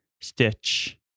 Stitch